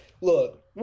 look